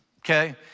okay